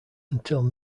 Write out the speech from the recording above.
until